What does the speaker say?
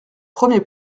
premier